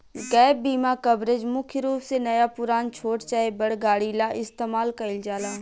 gap बीमा coverage मुख्य रूप से नया पुरान, छोट चाहे बड़ गाड़ी ला इस्तमाल कईल जाला